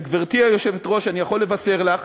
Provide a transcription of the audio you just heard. וגברתי היושבת-ראש, אני יכול לבשר לך